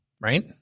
right